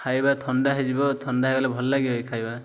ଖାଇବା ଥଣ୍ଡା ହେଇଯିବ ଥଣ୍ଡା ହେଇଗଲେ ଭଲ ଲାଗିବ ଏଇ ଖାଇବା